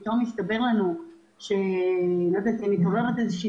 אם פתאום יסתבר לנו שמתעוררת איזושהי